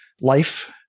life